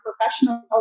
professional